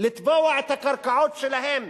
לתבוע את הקרקעות שלהם